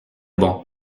bon